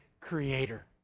creator